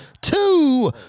two